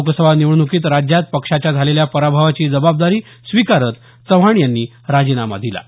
लोकसभा निवडणुकीत राज्यात पक्षाच्या झालेल्या पराभवाची जबाबदारी स्वीकारत चव्हाण यांनी राजीनामा दिला आहे